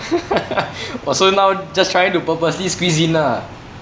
oh so now just trying to purposely squeeze in ah